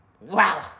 Wow